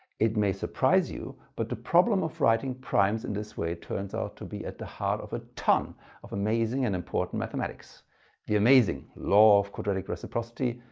it may surprise you but the problem of writing primes in this way it turns out to be at the heart of a ton of amazing and important mathematics the amazing law of quadratic reciprocity,